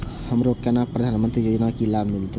हमरो केना प्रधानमंत्री योजना की लाभ मिलते?